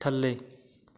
ਥੱਲੇ